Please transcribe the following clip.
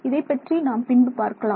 இதைப் பற்றி நாம் பின்பு பார்க்கலாம்